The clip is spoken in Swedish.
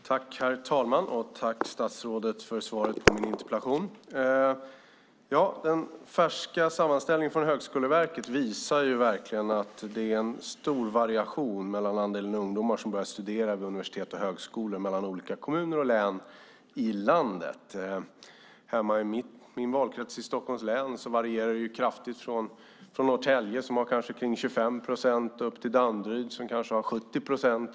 Herr talman! Tack, statsrådet, för svaret på min interpellation! Den färska sammanställningen från Högskoleverket visar att det är stor variation mellan olika kommuner och län när det gäller hur många ungdomar som börjar studera vid universitet och högskolor. I min valkrets, Stockholms län, varierar det kraftigt. I Norrtälje kanske det är 25 procent, och i Danderyd kanske det är 70 procent.